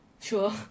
Sure